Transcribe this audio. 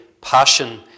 passion